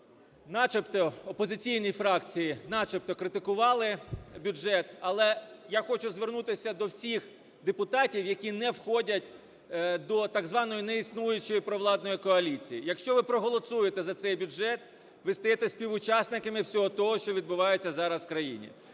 начебто… опозиційні фракції начебто критикували бюджет. Але я хочу звернутися до всіх депутатів, які не входять до так званої неіснуючої провладної коаліції, якщо ви проголосуєте за цей бюджет, ви стаєте співучасниками всього того, що відбувається зараз в країні.